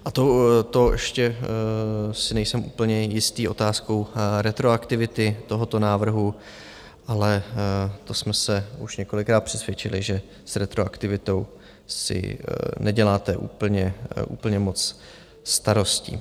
A to ještě si nejsem úplně jistý otázkou retroaktivity tohoto návrhu, ale to jsme se už několikrát přesvědčili, že s retroaktivitou si neděláte úplně moc starostí.